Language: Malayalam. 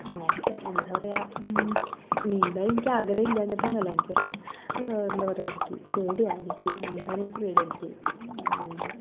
അങ്ങനെയെക്കെ എന്താണ് പറയുക നീന്താൻ എനിക്ക് ആഗ്രഹം ഇല്ലാഞ്ഞിട്ടൊന്നുമല്ല പക്ഷേ എന്താണ് പറയുക എനിക്ക് പേടിയാണ് എനിക്ക് നീന്താൻ എനിക്ക് പേടിയാണ് എനിക്ക്